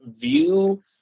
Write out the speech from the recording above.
view